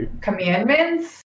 commandments